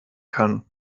kann